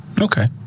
Okay